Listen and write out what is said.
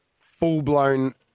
full-blown